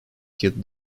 killed